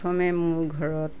প্ৰথমে মোৰ ঘৰত